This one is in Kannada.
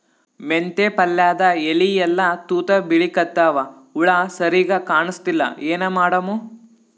ಮೆಂತೆ ಪಲ್ಯಾದ ಎಲಿ ಎಲ್ಲಾ ತೂತ ಬಿಳಿಕತ್ತಾವ, ಹುಳ ಸರಿಗ ಕಾಣಸ್ತಿಲ್ಲ, ಏನ ಮಾಡಮು?